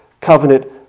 covenant